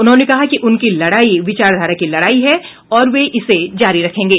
उन्होंने कहा कि उनकी लड़ाई विचारधारा की लड़ाई है और वे इसे जारी रखेंगे